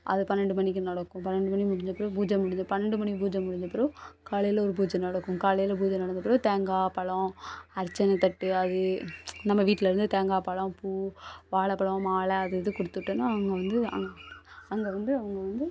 அது பன்னெண்டு மணிக்கு நடக்கும் பன்னெண்டு மணி முடிஞ்ச பிறவு பூஜை முடிஞ்சு பன்னெண்டு மணி பூஜை முடிஞ்ச பிறவு காலையில் ஒரு பூஜை நடக்கும் காலையில் பூஜை நடந்த பிறவு தேங்காய் பழம் அர்ச்சனை தட்டு அது நம்ம வீட்டுலேருந்து தேங்காய் பழம் பூவு வாழைப்பலோம் மாலை அது இது கொடுத்துவுட்டோன்னா அங்கே வந்து அங்கே அங்கே வந்து அவங்க வந்து